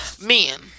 Men